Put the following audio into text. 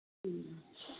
उम